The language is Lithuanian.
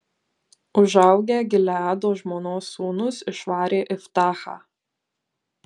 užaugę gileado žmonos sūnūs išvarė iftachą